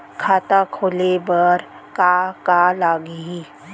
खाता खोले बार का का लागही?